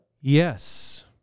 Yes